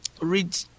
read